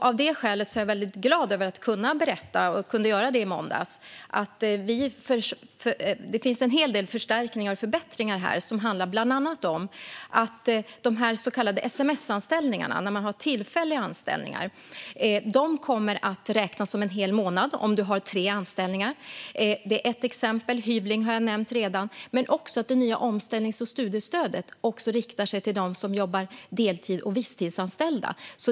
Av det skälet är jag väldigt glad över att jag i måndags kunde berätta att det finns en hel del förstärkningar och förbättringar här som handlar bland annat om att de så kallade sms-anställningarna - tillfälliga anställningar - kommer att räknas som en hel månad om man har tre anställningar. Det är ett exempel. Hyvling har jag redan nämnt. Men det nya omställnings och studiestödet riktas också till dem som jobbar deltid och till visstidsanställda.